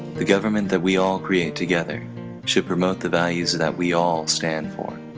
the government that we all create together should promote the values that we all stand for